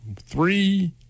three